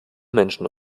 menschen